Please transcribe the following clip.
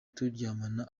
turyamana